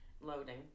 Loading